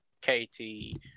Katie